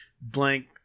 blank